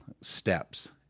steps